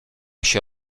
się